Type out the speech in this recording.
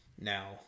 Now